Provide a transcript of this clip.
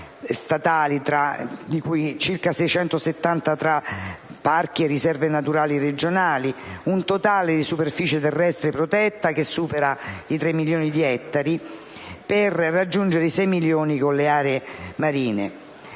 statali, circa 670 tra parchi e riserve naturali regionali, un totale di superficie terrestre protetta che supera i 3 milioni di ettari, per raggiungere i 6 milioni di ettari con le aree marine.